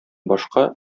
башка